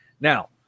Now